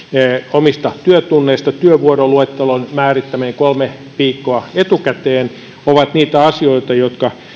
omista työtunneista työvuoroluettelon määrittäminen kolme viikkoa etukäteen ovat niitä asioita jotka